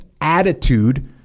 attitude